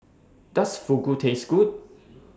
Does Fugu Taste Good